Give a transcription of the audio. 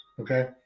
okay